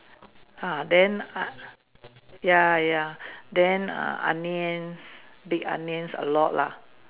ah then I ya ya then err onions big onions a lot lah